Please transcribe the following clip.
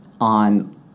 on